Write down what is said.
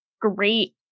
great